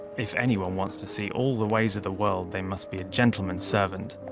if anyone wants to see all the ways of the world, they must be a gentleman servant.